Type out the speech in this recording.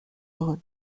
heureux